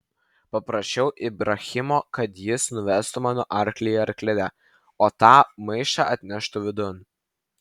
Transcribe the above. paprašiau ibrahimo kad jis nuvestų mano arklį į arklidę o tą maišą atneštų vidun